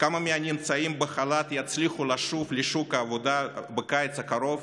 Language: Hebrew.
וכמה מהנמצאים בחל"ת יצליחו לשוב לשוק העבודה בקיץ הקרוב